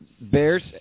Bears